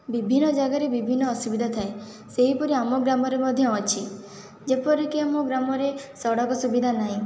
ବିଭିନ୍ନ ଜାଗାରେ ବିଭିନ୍ନ ଅସୁବିଧା ଥାଏ ସେହିପରି ଆମ ଗ୍ରାମରେ ମଧ୍ୟ ଅଛି ଯେପରିକି ଆମ ଗ୍ରାମରେ ସଡ଼କ ସୁବିଧା ନାହିଁ